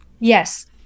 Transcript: Yes